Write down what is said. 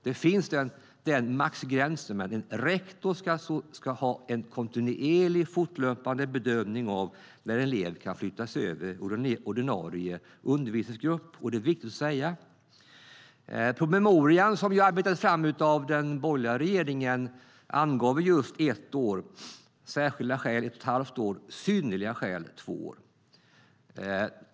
Det finns en maxgräns, men rektorn ska göra en kontinuerlig, fortlöpande bedömning av när en elev kan flyttas över till ordinarie undervisningsgrupp. Det är viktigt att säga det.I den promemoria som har arbetats fram av den borgerliga regeringen angavs ett år, särskilda skäl ett och ett halvt år och synnerliga skäl två år.